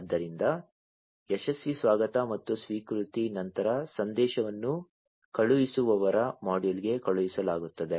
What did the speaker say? ಆದ್ದರಿಂದ ಯಶಸ್ವಿ ಸ್ವಾಗತ ಮತ್ತು ಸ್ವೀಕೃತಿಯ ನಂತರ ಸಂದೇಶವನ್ನು ಕಳುಹಿಸುವವರ ಮಾಡ್ಯೂಲ್ಗೆ ಕಳುಹಿಸಲಾಗುತ್ತದೆ